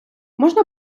можна